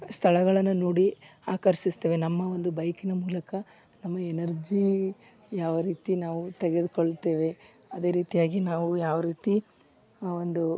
ಸ್ಥಳಗಳನ್ನ ನೋಡಿ ಆಕರ್ಷಿಸ್ತೇವೆ ನಮ್ಮ ಒಂದು ಬೈಕಿನ ಮೂಲಕ ನಮ್ಮ ಎನರ್ಜಿ ಯಾವ ರೀತಿ ನಾವು ತೆಗೆದುಕೊಳ್ತೀವೆ ಅದೇ ರೀತಿಯಾಗಿ ನಾವು ಯಾವ ರೀತಿ ಆ ಒಂದು